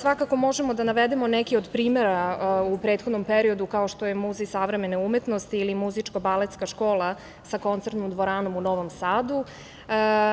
Svakako možemo da navedemo neke od primera u prethodnom periodu, kao što je muzej Savremene umetnosti ili Muzičko-baletska škola sa Koncernom dvoranom u Novom Sadu,